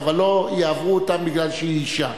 אבל לא יעבירו אותה משום שהיא אשה